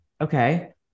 okay